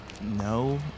No